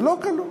זה לא כלול.